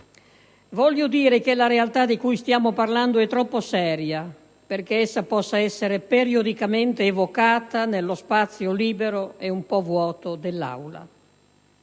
Voglio dire che la realtà di cui stiamo parlando è troppo seria perché essa possa essere periodicamente evocata nello spazio libero e un po' vuoto dell'Aula.